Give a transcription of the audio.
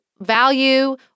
value